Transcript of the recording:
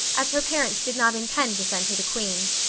as her parents did not intend to send her to queen's.